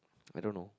I don't know